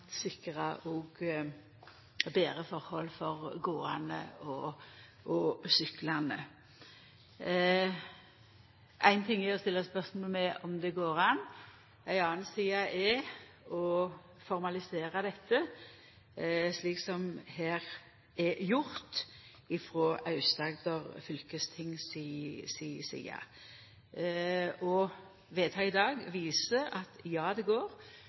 sikra både planleggingsmidlar til ei ulukkesbelasta strekning og betre forhold for gåande og syklande. Ein ting er å stilla spørsmål om det går an, noko anna er å formalisera dette slik som det her er gjort frå Aust-Agder fylkesting si side. Vedtaket i dag viser at ja, det går